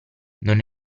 non